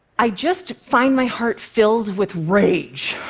i just find my heart filled with rage.